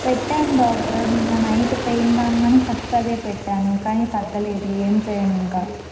పెట్టాను డాక్టర్ నిన్న night pain రాగానే ఫస్ట్ అదే పెట్టాను కానీ తగ్గలేదు ఏం చేయను ఇంకా